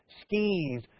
skis